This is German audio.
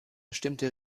bestimmte